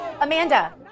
Amanda